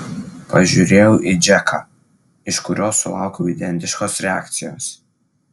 pažiūrėjau į džeką iš kurio sulaukiau identiškos reakcijos